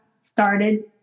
started